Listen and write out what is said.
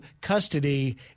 custody